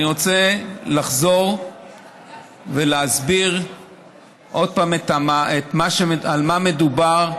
אני רוצה לחזור ולהסביר עוד פעם על מה מדובר.